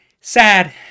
Sad